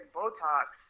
Botox